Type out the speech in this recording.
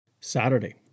Saturday